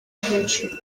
hejuru